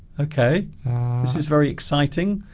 okay this is very exciting